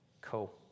Cool